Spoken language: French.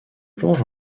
plonge